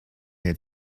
had